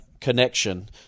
connection